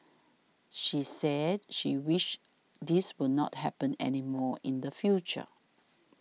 she said she wished this will not happen anymore in the future